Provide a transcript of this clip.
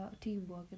teamwork